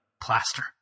plaster